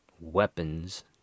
weapons